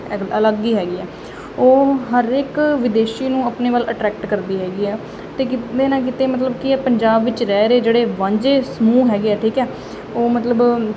ਅਲੱਗ ਅਲੱਗ ਹੀ ਹੈਗੀ ਆ ਉਹ ਹਰ ਇੱਕ ਵਿਦੇਸ਼ੀ ਨੂੰ ਆਪਣੇ ਵੱਲ ਅਟਰੈਕਟ ਕਰਦੀ ਹੈਗੀ ਆ ਅਤੇ ਕਿਤੇ ਨਾ ਕਿਤੇ ਮਤਲਬ ਕੀ ਹੈ ਪੰਜਾਬ ਵਿੱਚ ਰਹਿ ਰਹੇ ਜਿਹੜੇ ਵਾਂਝੇ ਸਮੂਹ ਹੈਗੇ ਆ ਠੀਕ ਆ ਉਹ ਮਤਲਬ